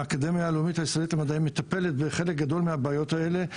האקדמיה הלאומית הישראלית למדעים מטפלת בחלק גדול מהבעיות האלה.